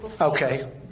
Okay